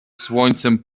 słońcem